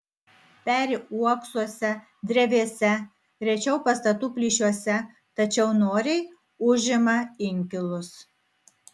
peri uoksuose drevėse rečiau pastatų plyšiuose tačiau noriai užima inkilus